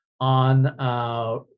on